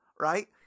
right